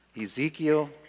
Ezekiel